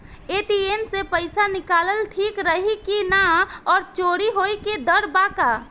ATM से पईसा निकालल ठीक रही की ना और चोरी होये के डर बा का?